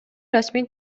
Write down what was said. расмий